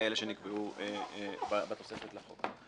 מאלה שנקבעו בתוספת לחוק.